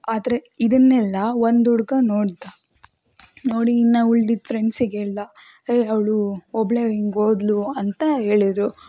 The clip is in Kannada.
ಆದರೆ ಇದನ್ನೆಲ್ಲ ಒಂದು ಹುಡುಗ ನೋಡಿದ ನೋಡಿ ಇನ್ನು ಉಳ್ದಿದ್ದ ಫ್ರೆಂಡ್ಸಿಗೆ ಹೇಳ್ದ ಹೇ ಅವಳು ಒಬ್ಬಳೇ ಹಿಂಗ್ ಹೋದ್ಲು ಅಂತ ಹೇಳಿದ್ರು